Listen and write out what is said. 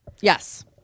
Yes